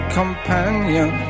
companion